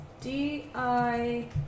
D-I-